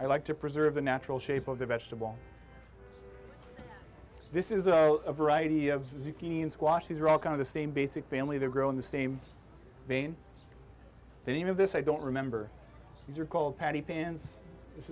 i like to preserve the natural shape of the vegetable this is a variety of zucchini squash these are all kind of the same basic family that grow in the same vein the name of this i don't remember these are called paddy pins this